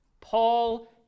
Paul